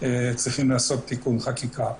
צריך לעשות תיקון חקיקה.